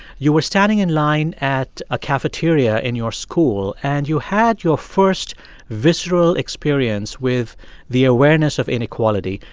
you were standing in line at a cafeteria in your school, and you had your first visceral experience with the awareness of inequality.